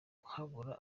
habura